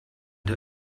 der